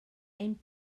ein